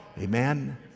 Amen